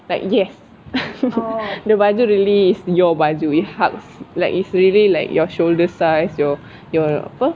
like yes the baju really is your baju it hugs like is really like your shoulder size your your apa